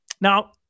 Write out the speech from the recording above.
Now